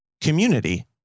community